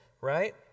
right